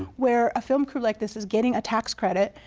where a film crew like this is getting a tax credit,